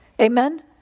Amen